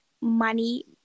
money